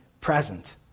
present